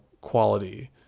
quality